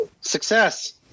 Success